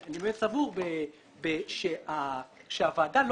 מתי מתייעצים עם הוועדה המייעצת?